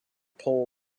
pol